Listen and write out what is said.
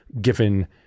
given